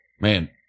man